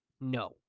No